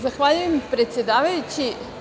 Zahvaljujem predsedavajući.